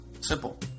Simple